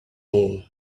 all